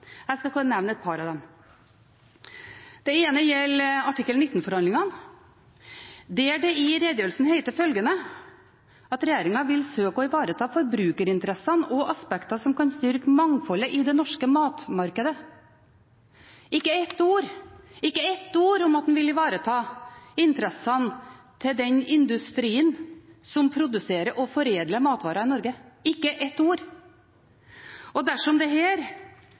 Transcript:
Jeg skal kun nevne et par av dem. Det ene gjelder artikkel 19-forhandlingene, der det i redegjørelsen heter at regjeringen vil «søke å ivareta forbrukerinteresser og aspekter som kan styrke mangfoldet i det norske matmarkedet». Ikke ett ord – ikke ett ord – om at en vil ivareta interessene til den industrien som produserer og foredler matvarene i Norge. Ikke ett ord. Og dersom